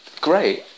great